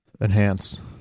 enhance